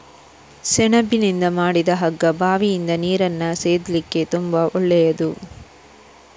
ಸೆಣಬಿನಿಂದ ಮಾಡಿದ ಹಗ್ಗ ಬಾವಿಯಿಂದ ನೀರನ್ನ ಸೇದ್ಲಿಕ್ಕೆ ತುಂಬಾ ಒಳ್ಳೆಯದು